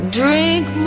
drink